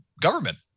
government